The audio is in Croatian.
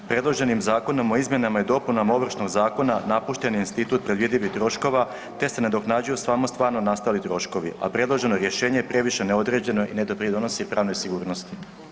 Predloženim zakonom o izmjenama i dopunama Ovršnog zakona napušten je institut predvidivih troškova te se nadoknađuju samo stvarno nastali troškovi, a predloženo rješenje je previše neodređeno i ne doprinosi pravnoj sigurnosti.